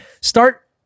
start